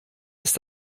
ist